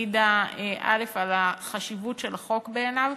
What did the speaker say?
העידה על החשיבות של החוק בעיניו.